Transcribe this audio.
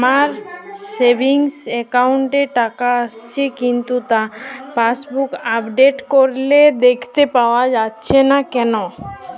আমার savings account এ টাকা আসছে কিন্তু তা পাসবুক আপডেট করলে দেখতে পাওয়া যাচ্ছে না কেন?